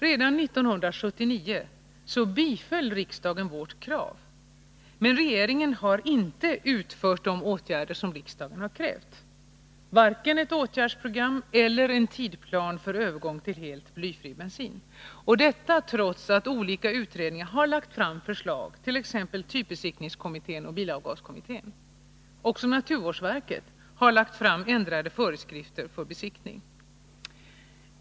Redan 1979 biföll riksdagen vårt krav, men regeringen har inte utfört de åtgärder som riksdagen krävt, varken ett åtgärdsprogam eller en tidplan för övergång till helt blyfri bensin — och detta trots att olika utredningar lagt fram förslag, t.ex. typbesiktningskommittén och bilavgaskommittén. Också naturvårdsverket har lagt fram ändrade föreskrifter för besiktning.